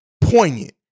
poignant